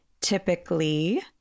Typically